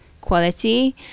quality